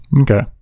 Okay